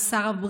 על שר הבריאות,